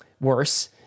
worse